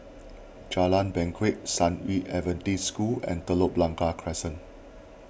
Jalan banquet San Yu Adventist School and Telok Blangah Crescent